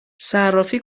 صرافی